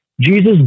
Jesus